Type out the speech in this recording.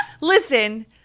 listen